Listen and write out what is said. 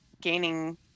gaining